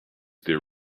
there